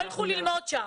שלא ילכו ללמוד שם.